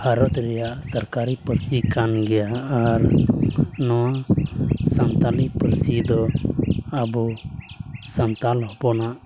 ᱵᱷᱟᱨᱚᱛ ᱨᱮᱭᱟᱜ ᱥᱚᱨᱠᱟᱨᱤ ᱯᱟᱹᱨᱥᱤ ᱠᱟᱱ ᱜᱮᱭᱟ ᱟᱨ ᱱᱚᱣᱟ ᱥᱟᱱᱛᱟᱞᱤ ᱯᱟᱹᱨᱥᱤ ᱫᱚ ᱟᱵᱚ ᱥᱟᱱᱛᱟᱲ ᱦᱚᱯᱚᱱᱟᱜ